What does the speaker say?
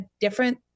different